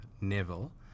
Neville